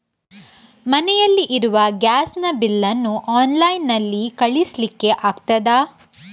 ಮನೆಯಲ್ಲಿ ಇರುವ ಗ್ಯಾಸ್ ನ ಬಿಲ್ ನ್ನು ಆನ್ಲೈನ್ ನಲ್ಲಿ ಕಳಿಸ್ಲಿಕ್ಕೆ ಆಗ್ತದಾ?